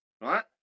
right